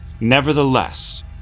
Nevertheless